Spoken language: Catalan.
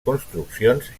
construccions